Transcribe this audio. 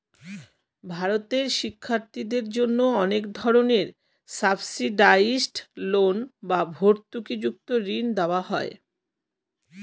ভারতে শিক্ষার্থীদের জন্য অনেক ধরনের সাবসিডাইসড লোন বা ভর্তুকিযুক্ত ঋণ দেওয়া হয়